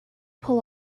pull